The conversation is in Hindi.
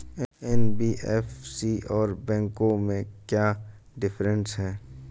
एन.बी.एफ.सी और बैंकों में क्या डिफरेंस है?